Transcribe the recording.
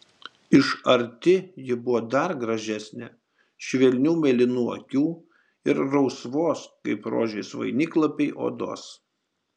iš arti ji buvo dar gražesnė švelnių mėlynų akių ir rausvos kaip rožės vainiklapiai odos